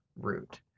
root